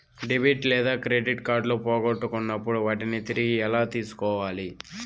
debit లేదా credit కార్డులు పోగొట్టుకున్నప్పుడు వాటిని తిరిగి ఎలా తీసుకోవాలి